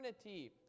eternity